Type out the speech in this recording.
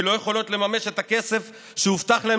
כי הן לא יכולות לממש את הכסף שהובטח להן